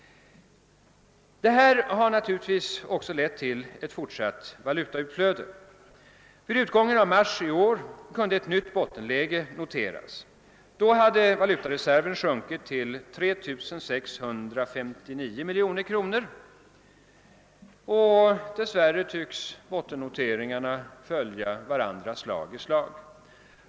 Detta har naturligtvis lett till ett fortsatt valutautflöde. Vid utgången i mars i år kunde ett nytt bottenläge noteras. Då hade valutareserven sjunkit till 3 659 miljoner kronor, och dessvärre tycks bottennoteringarna följa varandra slag i slag.